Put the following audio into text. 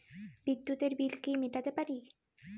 বিদ্যুতের বিল কি মেটাতে পারি?